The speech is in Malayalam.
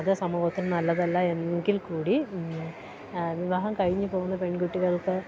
അത് സമൂഹത്തിന് നല്ലതല്ല എങ്കിൽക്കൂടി വിവാഹം കഴിഞ്ഞുപോകുന്ന പെൺകുട്ടികൾക്ക്